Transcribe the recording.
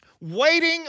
Waiting